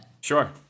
Sure